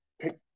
pick